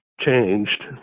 changed